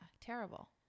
Terrible